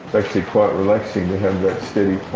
actually quite relaxing to